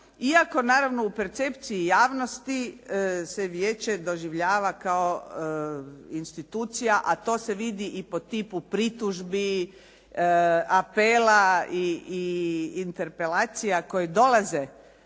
iako naravno u percepciji javnosti se vijeće doživljava kao institucija, a to se vidi i po tipu pritužbi, apela i interpelacija koje dolaze